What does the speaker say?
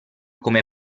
come